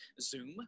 Zoom